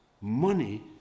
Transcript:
money